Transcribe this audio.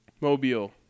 Mobile